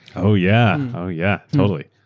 oh yeah oh yeah, totally.